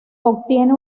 obtiene